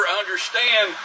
understand